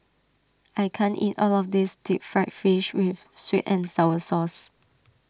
I can't eat all of this Deep Fried Fish with Sweet and Sour Sauce